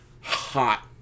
hot